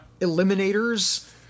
Eliminators